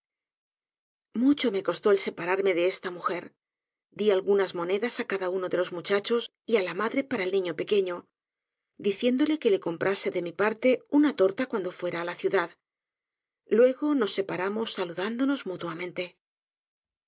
mucho rae costó el separarme de esta mujer di algunas monedas á cada uno de los muchachos y á la madre para el niño pequeño diciéndole que le comprase ajle mi parte una torta cuando fuera á la ciudad luego sos separamos saludándonos mutuamente